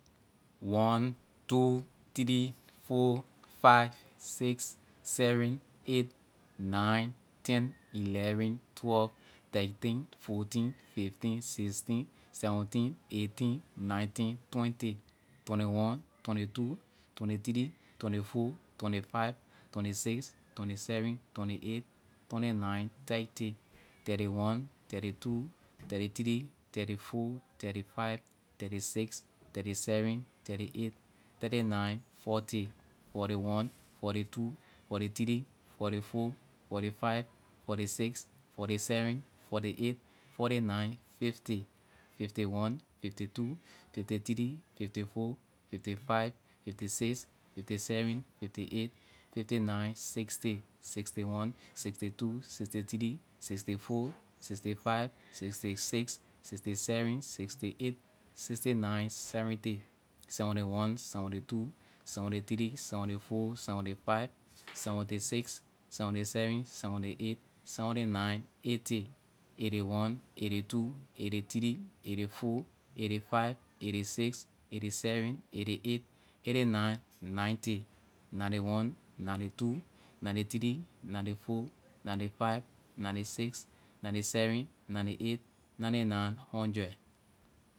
One, two, three, four, five, six, seven, eight, nine, ten, eleven, twelve, thirteen, fourteen, fifteen, sixteen, seventeen, eighteen, nineteen, twenty, twenty-one, twenty-two, twenty-three, twenty-four, twenty-five, twenty-six, twenty-seven, twenty-eight, twenty-nine, thirty, thirty-one, thirty-two, thirty-three, thirty-four, thirty-five, thirty-six, thirty-seven, thirty-eight, thirty-nine, forty, forty-one, forty-two, forty-three, forty-four, forty-five, forty-six forty-seven, forty-eight, forty-nine, fifty, fifty-one, fifty-two, fifty-three, fifty-four, fifty-five, fifty-six, fifty-seven, fifty-eight, fifty-nine, sixty, sixty-one, sixty-two, sixty-three, sixty-four, sixty-five, sixty-six, sixty-seven, sixty-eight, sixty-nine, seventy, seventy-one, seventy-two, seventy-three, seventy-four, seventy-five, seventy-six, seventy-seven, seventy-eight, seventy-nine, eighty, eighty-one, eighty-two, eighty-three eighty-four eighty-five eighty-six eighty-seven eighty-eight eighty-nine, ninety, ninety-one, ninety-two, ninety-three, ninety-four, ninety-five, ninety-six, ninety-seven, ninety-eight, ninety-nine, hundred.